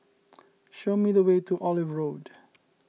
show me the way to Olive Road